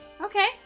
Okay